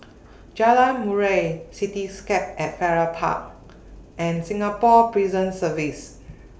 Jalan Murai Cityscape At Farrer Park and Singapore Prison Service